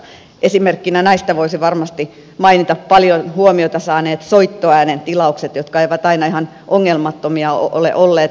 esimerkkinä näistä voisi varmasti mainita paljon huomiota saaneet soittoäänen tilaukset jotka eivät aina ihan ongelmattomia ole olleet